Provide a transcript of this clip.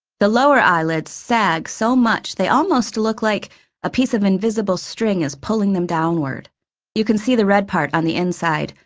the lower eyelids sag so much they almost look like a piece of invisible string is pulling them downward you can see the red part on the inside,